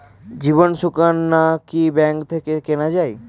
জীবন সুকন্যা কি ব্যাংক থেকে কেনা যায়?